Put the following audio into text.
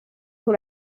pour